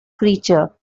creature